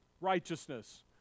righteousness